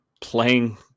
playing